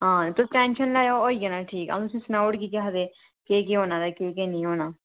आं तुस टैंशन निं लैयो होई जाना ठीक अं'ऊ तुसेंगी सनाई ओड़गी केह् केह् होना ते कोह् केह् नेईं होना